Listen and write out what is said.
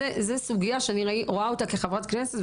זו סוגייה שאני רואה אותה כחברת כנסת,